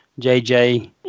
JJ